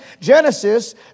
Genesis